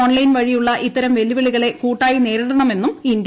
online വഴിയുള്ള ഇത്തരം വെല്ലുവിളികളെ കൂട്ടായി നേരിടണമെന്നും ഇന്ത്യ